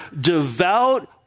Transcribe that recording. devout